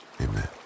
amen